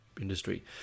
industry